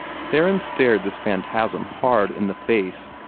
theron stared this phantasm hard in the face,